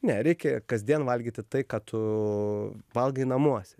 ne reikia kasdien valgyti tai ką tu valgai namuose